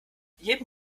jedem